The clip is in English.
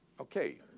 Okay